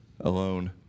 alone